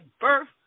birth